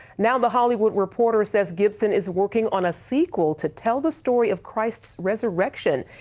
now the hollywood reporter says gibson is working on a sequel to tell the story of christ's resurrection.